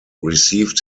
received